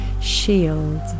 shield